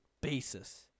basis